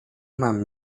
mam